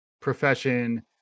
profession